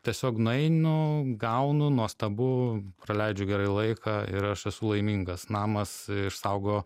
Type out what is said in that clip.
tiesiog nueinu gaunu nuostabu praleidžiu gerai laiką ir aš esu laimingas namas išsaugo